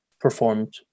performed